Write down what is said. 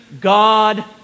God